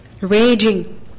raging